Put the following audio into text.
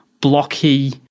blocky